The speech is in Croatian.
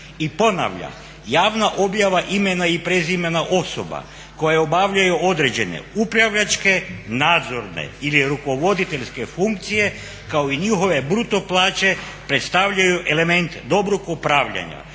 I ponavljam javna objava imena i prezimena osoba koje obavljaju određene, upravljačke, nadzorne ili rukovoditeljske funkcije kao i njihove bruto plaće predstavljaju element dobrog upravljanja